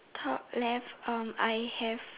top left um I have